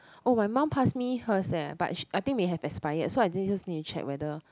oh my mum pass me hers eh but she I think may have expired so I think just need to check whether